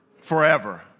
forever